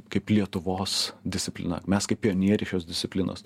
kaip lietuvos disciplina mes kaip pionieriai šios disciplinos